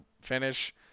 finish